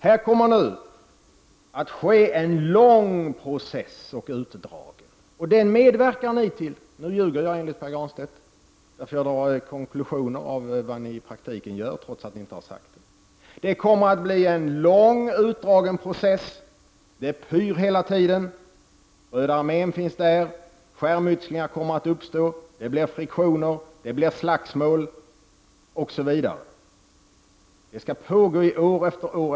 Här kommer nu att ske en lång och utdragen process, och den medverkar ni till. Nu ljuger jag enligt Pär Granstedt, eftersom jag drar konklusioner av vad ni i praktiken gör trots att ni inte har sagt det. Det kommer alltså att bli en lång och utdragen process. Det pyr hela tiden. Röda armén finns där, skärmytslingar kommer att uppstå, det blir friktioner, det blir slagsmål osv. Detta skall pågå år efter år.